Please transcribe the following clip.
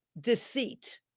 deceit